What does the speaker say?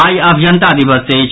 आई अभियंता दिवस अछि